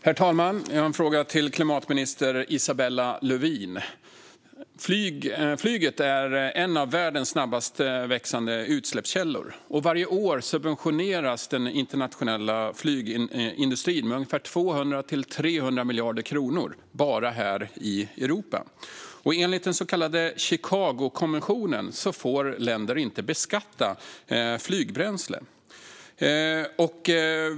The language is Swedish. Herr talman! Jag har en fråga till klimatminister Isabella Lövin. Flyget är en av världens snabbast växande utsläppskällor, och varje år subventioneras den internationella flygindustrin med ungefär 200-300 miljarder kronor bara här i Europa. Enligt den så kallade Chicagokonventionen får länder inte beskatta flygbränsle.